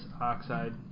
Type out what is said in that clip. Oxide